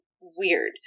weird